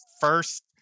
first